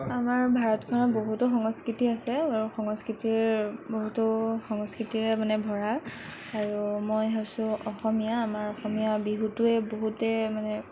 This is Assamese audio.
আমাৰ ভাৰতখনত বহুতো সংস্কৃতি আছে আৰু সংস্কৃতিৰ বহুতো সংস্কৃতিৰে মানে ভৰা আৰু মই হৈছো অসমীয়া আমাৰ অসমীয়াৰ বিহুটোৱেই বহুতে মানে